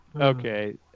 Okay